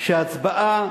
שההצבעה